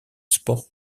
sport